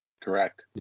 Correct